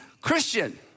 Christian